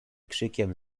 krzykiem